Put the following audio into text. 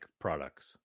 products